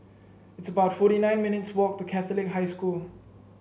it's about forty nine minutes' walk to Catholic High School